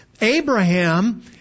Abraham